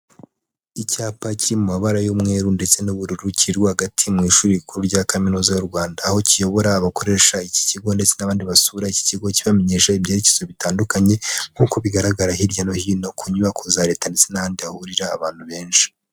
Icyapa kiri mu mabara y'umweru ndetse n'ubururu kiri rwagati mu ishuri rikuru rya Kaminuza y'u Rwanda, aho kiyobora abakoresha iki kigo ndetse n'abandi basura iki kigo, kibamenyesha ibyerekezo bitandukanye, nk'uko bigaragara hirya no hino ku nyubako za Leta ndetse n'andi hahurira abantu benshi.